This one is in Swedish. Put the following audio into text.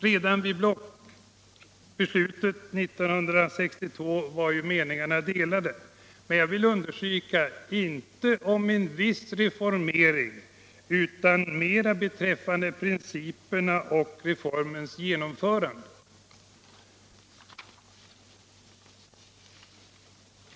Redan vid blockbeslutet 1962 var meningarna delade, men jag vill understryka att uppfattningarna inte skilde sig om behovet av en viss reformering utan mer beträffande principerna och reformens genomförande.